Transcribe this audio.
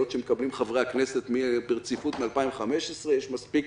שמקבלים חברי הכנסת ברציפות מ-2015 יש מספיק